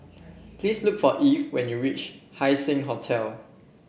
please look for Eve when you reach Haising Hotel